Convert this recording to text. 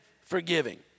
forgiving